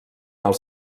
als